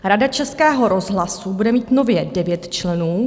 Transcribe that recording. Rada Českého rozhlasu bude mít nově 9 členů.